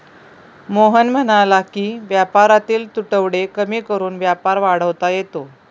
मोहन म्हणाला की व्यापारातील तुटवडे कमी करून व्यापार वाढवता येतो